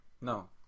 No